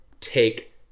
take